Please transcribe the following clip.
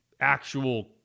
actual